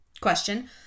question